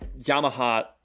Yamaha